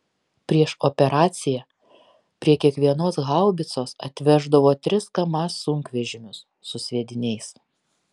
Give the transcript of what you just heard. prieš operaciją prie kiekvienos haubicos atveždavo tris kamaz sunkvežimius su sviediniais